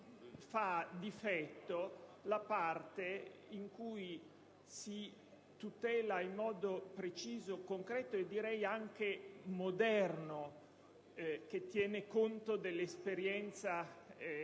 fa difetto la parte in cui si tutela in modo preciso, concreto e moderno (che tiene conto delle esperienze più